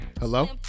Hello